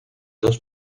dos